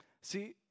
See